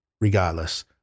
regardless